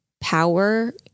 power